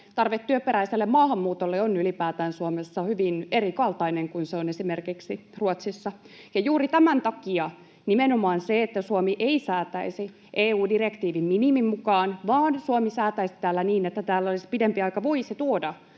tarve työperäiselle maahanmuutolle on ylipäätään Suomessa hyvin erikaltainen kuin se on esimerkiksi Ruotsissa. Juuri tämän takia nimenomaan se, että Suomi ei säätäisi EU-direktiivin minimin mukaan, vaan Suomi säätäisi täällä niin, että täällä olisi pidempi aika, voisi tuoda